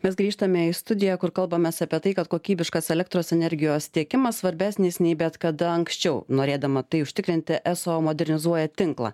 mes grįžtame į studiją kur kalbamės apie tai kad kokybiškas elektros energijos tiekimas svarbesnis nei bet kada anksčiau norėdama tai užtikrinti eso modernizuoja tinklą